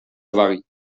avaries